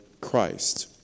Christ